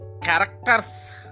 characters